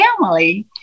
family